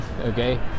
Okay